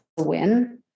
win